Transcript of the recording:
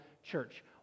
church